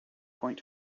point